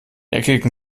eckigen